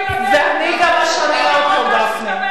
ואני גם אשנה אותו, גפני.